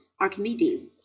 Archimedes